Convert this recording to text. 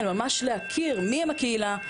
אלא ממש להכיר מי הם הקהילה,